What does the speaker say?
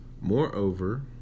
moreover